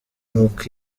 nuko